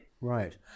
Right